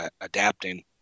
adapting